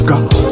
God